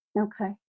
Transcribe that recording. Okay